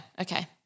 okay